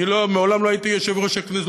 אני מעולם לא הייתי יושב-ראש הכנסת.